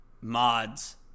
mods